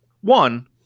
One